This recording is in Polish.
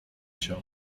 się